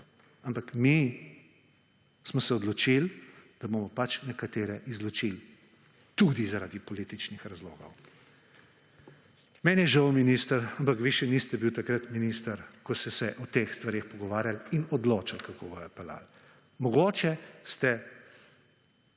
Ampak mi smo se odločili, da bomo pač nekatere izločili, tudi zaradi političnih razlogov. Meni je žal, minister, ampak vi še niste bil takrat minister, ko so se o teh stvareh pogovarjali in odločali kako bodo peljali. Mogoče